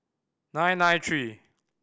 nine nine three